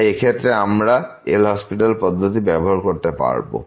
এবং এই ক্ষেত্রে আমরা এল হসপিটাল পদ্ধতি ব্যবহার করতে পারব